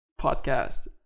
podcast